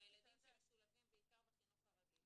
--- זה הילדים שמשולבים בעיקר בחינוך הרגיל.